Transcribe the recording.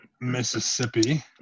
Mississippi